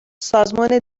سازمان